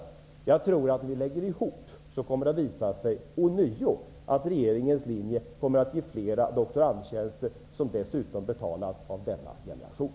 Om man räknar på det här tror jag att det ånyo kommer att visa sig att regeringens linje kommer att ge flera doktorandtjänster, som dessutom betalas av denna generation.